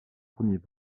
premiers